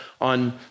on